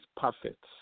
perfect